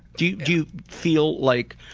do you feel like,